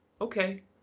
okay